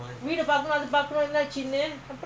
ah